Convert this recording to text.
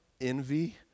envy